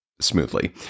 smoothly